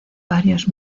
varios